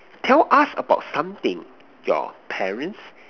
tell us about something your parents